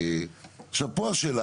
עכשיו, פה השאלה.